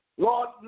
Lord